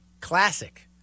classic